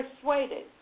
persuaded